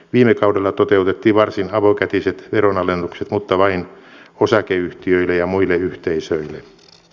viime kaudella toteutettiin varsin avokätiset veronalennukset mutta vain osakeyhtiöille ja muille yhteisöille